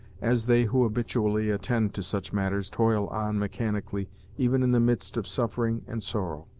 as they who habitually attend to such matters toil on mechanically even in the midst of suffering and sorrow.